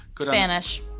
Spanish